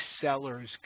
sellers